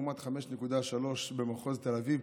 לעומת 5.3 במחוז תל אביב,